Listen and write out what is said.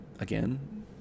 again